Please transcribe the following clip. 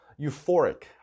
euphoric